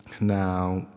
Now